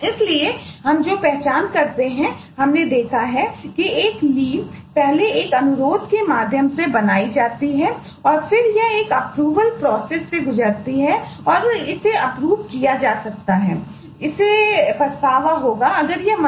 इसलिए हम जो पहचान करते हैं हमने देखा है कि एक लीवहैं